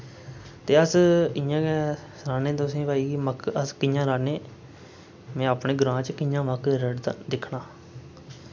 ते अस इ'यां गै सनां ने तुसें भाई कि मक्क अस कि'यां राह्न्ने में अपने ग्रां च कि'यां मक्क रढ़दा दिक्खना